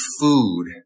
food